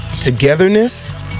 togetherness